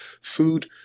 Food